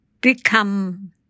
become